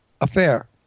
affair